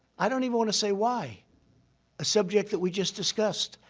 i don't even want to say why a subject that we just discussed.